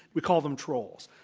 we call them trolls.